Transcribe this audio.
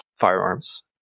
firearms